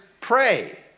pray